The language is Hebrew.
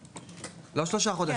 לא שלושה חודשים.